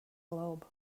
globe